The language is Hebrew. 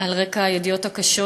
על רקע הידיעות הקשות